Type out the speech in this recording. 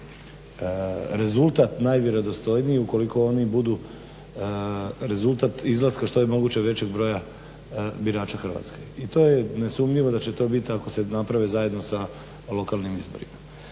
rezultat najvjerodostojniji ukoliko oni budu rezultat izlaska što je moguće većeg broja birača Hrvatske. I to je nesumnjivo da će to bit ako se naprave zajedno sa lokalnim izborima.